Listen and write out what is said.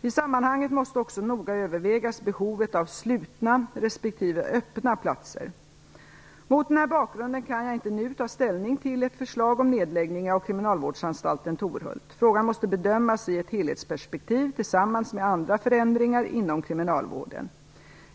I sammanhanget måste också noga övervägas behovet av slutna respektive öppna platser. Mot denna bakgrund kan jag inte nu ta ställning till ett förslag om nedläggning av kriminalvårdsanstalten Torhult. Frågan måste bedömas i ett helhetsperspektiv tillsammans med andra förändringar inom kriminalvården.